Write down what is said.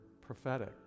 prophetic